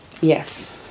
Yes